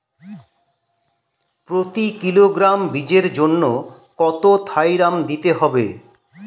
প্রতি কিলোগ্রাম বীজের জন্য কত থাইরাম দিতে হবে?